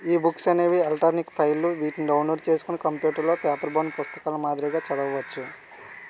ebooks అనేవి electronic ఫైల్లు వీటిని డౌన్ లోడ్ చేసుకొని కంప్యూటర్ లో పేపర్బౌండ్ పుస్తకాల మాదిరిగా చదవవచ్చు